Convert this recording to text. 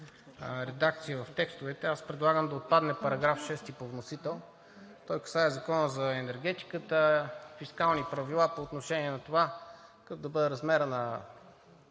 редакции в текстовете, предлагам да отпадне § 6 по вносител. Той касае Закона за енергетиката – „Фискални правила“, по отношение на това какъв да бъде размерът на